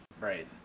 right